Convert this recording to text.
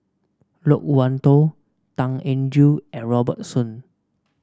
Loke Wan Tho Tan Eng Joo and Robert Soon